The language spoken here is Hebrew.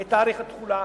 את תאריך התחולה.